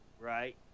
right